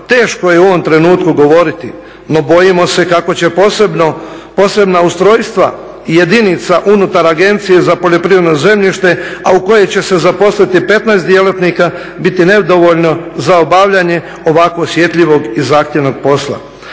teško je u ovom trenutku dogoditi, no bojimo se kako će posebna ustrojstva i jedinica unutar agencije za poljoprivredno zemljište, a u koje će zaposliti 15 djelatnika biti nedovoljno za obavljanje ovako osjetljivog i zahtjevnog posla.